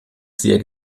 sehr